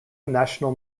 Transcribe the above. national